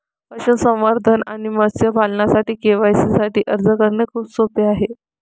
पशुसंवर्धन आणि मत्स्य पालनासाठी के.सी.सी साठी अर्ज करणे खूप सोपे आहे